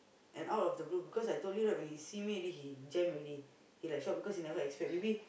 and out of the blue because I told you right when he see me already he jam already he like shocked because he never expect maybe